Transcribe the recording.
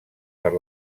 per